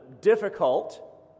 difficult